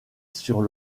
sur